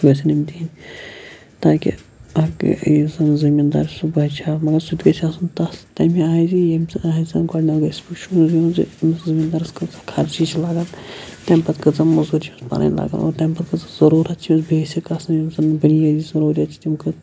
گَژھن یِم دِنۍ تاکہِ اکھ یُس زَن زٔمیٖندار سُہ بَچہِ ہا مَطلَب سُہ تہِ گَژھِ آسُن تتھ تمہِ آیہِ زِ گۄڈنٮ۪تھ گَژھِ وٕچھُن أمِس زٔمیٖن دارَس کۭژاہ خَرچی چھِ لَگان تمہِ پَتہٕ کینٛژاہ موٚزوٗرۍ چھِ اتھ پَنٕنۍ لَگان اور تمہِ پَتہٕ کۭژاہ ضروٗرَت چھِ بیسِک آسان یِم زَن بُنیٲدی ضروٗرِیت چھِ